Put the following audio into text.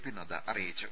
P Nadda അറിയിച്ചു